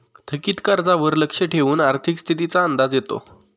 थकीत कर्जावर लक्ष ठेवून आर्थिक स्थितीचा अंदाज येतो